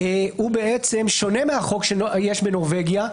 שונה מהחוק שיש בנורבגיה,